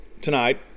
tonight